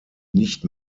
nicht